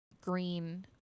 green